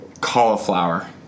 cauliflower